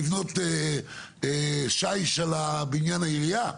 לבנות שיש על בנין העירייה?